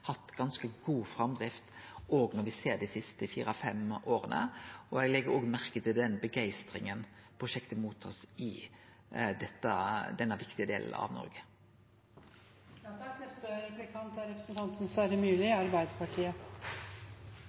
hatt ganske god framdrift òg når me ser dei siste fire-fem åra. Eg legg òg merke til den begeistringa prosjektet blir mottatt med i denne viktige delen av Noreg.